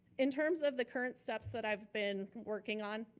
in terms of the current steps that i've been working on.